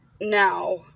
now